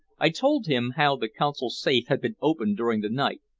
i told him how the consul's safe had been opened during the night,